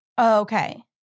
Okay